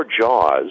Jaws